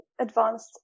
advanced